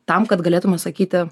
tam kad galėtume sakyti